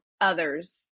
others